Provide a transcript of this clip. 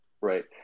right